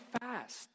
fast